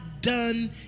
done